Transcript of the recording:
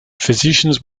physicians